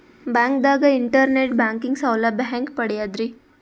ಬ್ಯಾಂಕ್ದಾಗ internet banking ಸೌಲಭ್ಯ ಹೆಂಗ್ ಪಡಿಯದ್ರಿ?